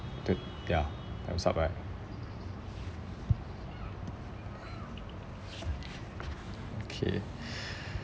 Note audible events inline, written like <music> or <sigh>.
the ya time's up right okay <breath>